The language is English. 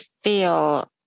feel